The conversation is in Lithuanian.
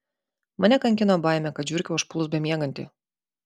mane kankino baimė kad žiurkė užpuls bemiegantį